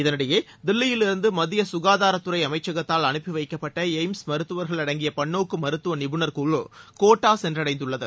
இதனிடையே தில்லியிலிருந்து மத்திய சுகாதாரத் துறை அமைச்சகத்தால் அனுப்பி வைக்கப்பட்ட எய்ம்ஸ் மருத்துவர்கள் அடங்கிய பன்னோக்கு மருத்துவ நிபுணர் குழு கோட்டா சென்றடைந்துள்ளது